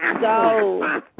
Go